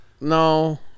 No